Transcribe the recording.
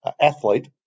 athlete